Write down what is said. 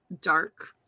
dark